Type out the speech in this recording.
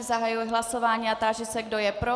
Zahajuji hlasování a táži se, kdo je pro.